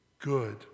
good